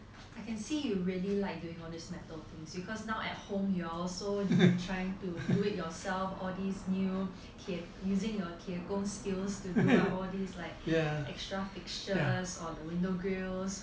I see you really like doing all this metal things because now at home you are also trying to do it yourself all these new 铁 using your 铁工 skills to do up all these like extra fixtures and window grills